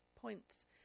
points